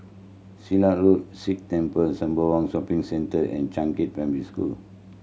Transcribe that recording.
Silat Road Sikh Temple Sembawang Shopping Centre and Changkat Primary School